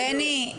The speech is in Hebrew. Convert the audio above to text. בני,